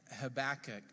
Habakkuk